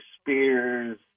Spears